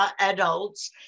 adults